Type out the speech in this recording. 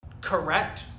Correct